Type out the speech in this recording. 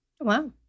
Wow